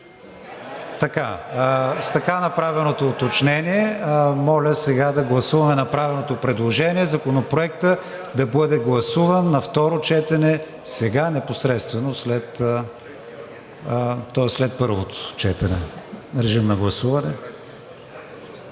С така направеното уточнение, моля сега да гласуваме направеното предложение Законопроектът да бъде гласуван на второ четене непосредствено след първото четене. Моля, режим на гласуване.